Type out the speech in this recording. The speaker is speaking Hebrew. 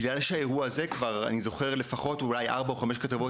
בגלל שבנוגע למקרה הזה כבר היו לפחות שלוש או ארבע כתבות,